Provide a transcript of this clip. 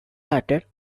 hearted